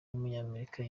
w’umunyamerika